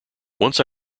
once